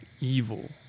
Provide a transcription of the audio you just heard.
evil